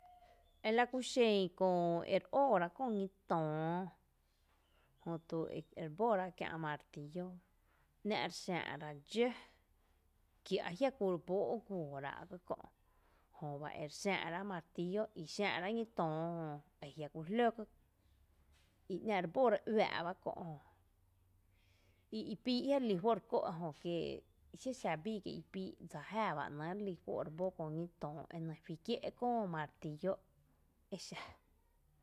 Elakuxen ere óorá’ köö ñí töó, jötu e ere bóra kiä’ martíllo,’ná’ re xáa’ra dxǿ kí a jia’kú reboo´ guoora kö’ jöba ere xⱥⱥ’ rá’ martíllo, re xⱥⱥ’ rá’ ñí töo ejiakú jló ký i ‘ná’ rebóra uⱥⱥ’ bá Kó’ jÖ i ípíi’ aji’ relí juó’ rekó’ ejö e kí exa bíi kiee’ ipíi’ dsa jáaá bá ‘né’ relí juó’ rebó köö ñí töo, e nɇ fí kié’ köö martíllo exa.